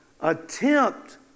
attempt